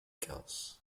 girls